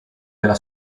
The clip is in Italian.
della